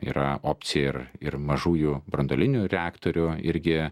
yra opcija ir ir mažųjų branduolinių reaktorių irgi